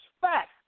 fact